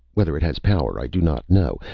whether it has power, i do not know.